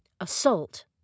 assault